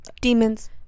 demons